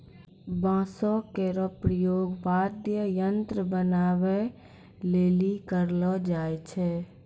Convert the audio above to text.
बांसो केरो प्रयोग वाद्य यंत्र बनाबए लेलि करलो जाय छै